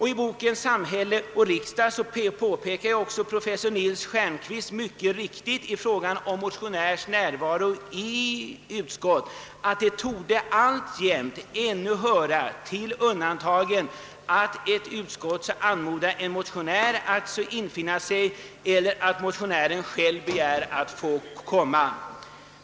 I boken »Samhälle och riksdag» påpekar också professor Nils Stjernquist mycket riktigt i fråga om motionärs närvaro i utskott att det torde alltjämt ännu höra till undantagen att ett utskott anmodar en motionär att infinna sig eller att motionären själv begär att få komma.